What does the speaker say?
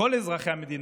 כל אזרחי המדינה,